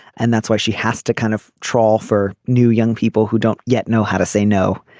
and that's why she has to kind of trawl for new young people who don't yet know how to say no.